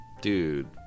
Dude